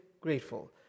grateful